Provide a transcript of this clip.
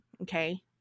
okay